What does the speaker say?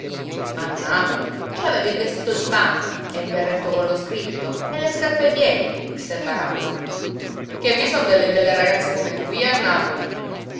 napoli ci avevi il vestito di panno e il berretto collo scritto e le scarpe ai piedi disse barabba che vi son delle belle ragazze come qui a napoli